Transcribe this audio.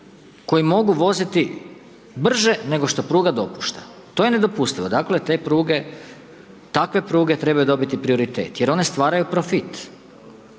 koji mogu voziti brže nego što pruga dopušta. To je nedopustivo, dakle, te pruge, takve pruge trebaju dobiti prioritet, jer one stvaraju profit,